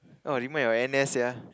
oh remind of N_S sia